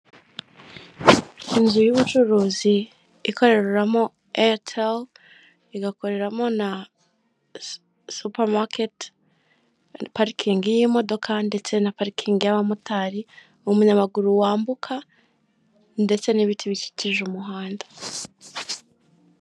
Inzu y'ubucuruzi ikoreramo Airtel igakoreramo na supermarket , parikingi y'imodoka ndetse na parikingi y'abamotari umunyamaguru wambuka ndetse n'ibiti bikikije umuhanda.